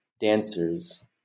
dancers